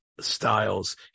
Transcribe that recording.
styles